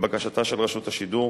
לבקשתה של רשות השידור,